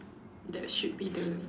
that should be the